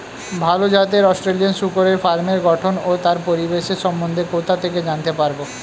ভাল জাতের অস্ট্রেলিয়ান শূকরের ফার্মের গঠন ও তার পরিবেশের সম্বন্ধে কোথা থেকে জানতে পারবো?